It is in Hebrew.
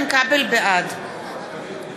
בעד